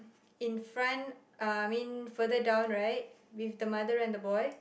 in front uh I mean further down right with the mother and boy